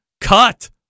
cut